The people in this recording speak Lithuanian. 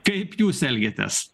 kaip jūs elgiatės